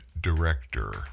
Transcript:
director